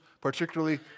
particularly